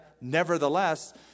Nevertheless